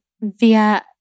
via